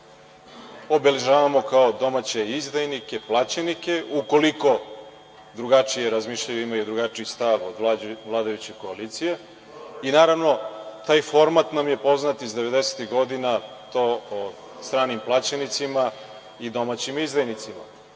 obeležavamo kao domaće izdajnike, plaćenike, ukoliko drugačije razmišljaju, imaju drugačiji stav od vladajuće koalicije. Naravno, taj format nam je poznat iz 90-tih godina, to o stranim plaćenicima i domaćim izdajnicima. Pomenut